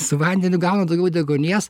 su vandeniu gauna daugiau deguonies